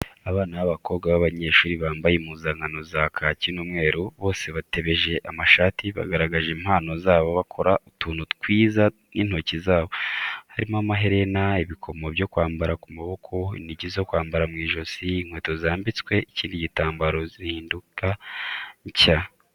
Abana b'abakobwa b'abanyeshuri bambaye impuzankano za kaki n'umweru, bose batebeje amashati, bagaragaje impano zabo bakora utuntu twiza n'intoki zabo, harimo amaherena, ibikomo byo kwambara ku maboko, inigi zo kwambara mu ijosi, inkweto zambitswe ikindi gitambaro zihinduka nshya.